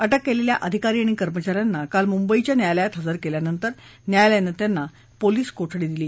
अटक केलेल्या अधिकारी आणि कर्मचाऱ्यांना काल मुंबईच्या न्यायालयात हजर केल्यानंतर न्यायालयानं त्यांना पोलिस कोठडी दिली